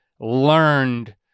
learned